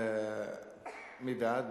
מי בעד?